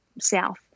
south